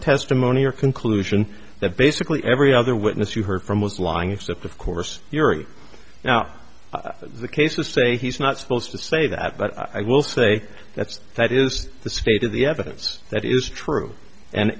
testimony or conclusion that basically every other witness you heard from was lying except of course during now the cases say he's not supposed to say that but i will say that's that is the state of the evidence that is true and